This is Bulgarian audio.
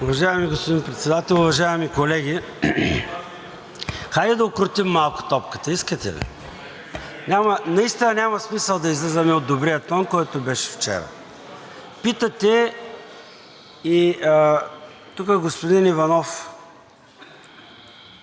Уважаеми господин Председател, уважаеми колеги! Хайде да укротим малко топката, искате ли? Наистина няма смисъл да излизаме от добрия тон, който беше вчера. Питате, и тук, господин Иванов,